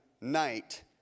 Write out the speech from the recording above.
night